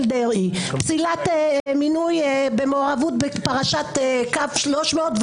דרעי; פסילת מינוי במעורבות בפרשת קו 300,